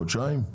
חודשיים?